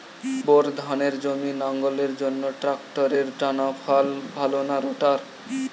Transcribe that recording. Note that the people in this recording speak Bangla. বোর ধানের জমি লাঙ্গলের জন্য ট্রাকটারের টানাফাল ভালো না রোটার?